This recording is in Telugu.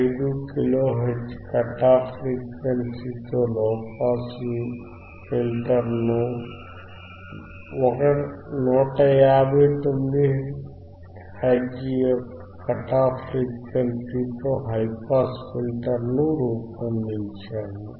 5 కిలో హెర్ట్జ్ కట్ ఆఫ్ ఫ్రీక్వెన్సీతో లోపాస్ ఫిల్టర్ను 159 హెర్ట్జ్ యొక్క కట్ ఆఫ్ ఫ్రీక్వెన్సీతో హై పాస్ ఫిల్టర్ ను రూపొందించాము